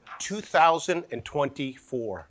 2024